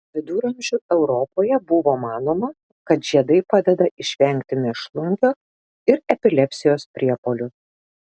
viduramžių europoje buvo manoma kad žiedai padeda išvengti mėšlungio ir epilepsijos priepuolių